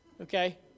Okay